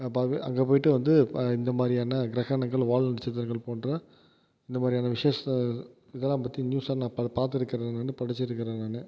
அங்கே போயிட்டு வந்து இந்த மாதிரியான கிரகணங்கள் வால் நட்சத்திரங்கள் போன்ற இந்த மாதிரியான விசேஷ இதல்லாம் பற்றி நியூஸில் நான் பார்த்துருக்கேன் நான் படிச்சிருக்கிறேன் நான்